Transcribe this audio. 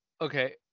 Okay